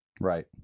right